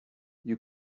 you